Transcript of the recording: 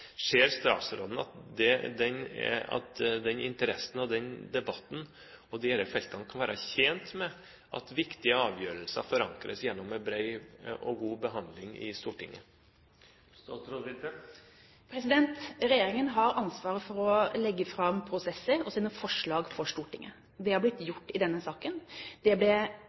Ser statsråden, ut fra interessen for og den offentlige debatten om disse viktige feltene, at man kan være tjent med at viktige avgjørelser forankres gjennom en bred og god behandling i Stortinget? Regjeringen har ansvaret for å legge fram prosesser og forslag for Stortinget. Det har blitt gjort i denne saken. Det ble